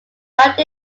rounded